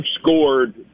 scored